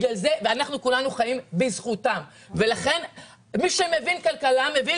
אנחנו כולנו חיים בזכותם ולכן מי שמבין כלכלה מבין